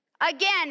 Again